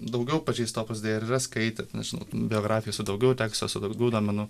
daugiau pažįsta opus dei ir yra skaitę nežinau ten biografijose daugiau teksto su daugiau duomenų